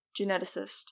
geneticist